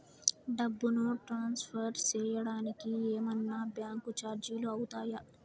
డబ్బును ట్రాన్స్ఫర్ సేయడానికి ఏమన్నా బ్యాంకు చార్జీలు అవుతాయా?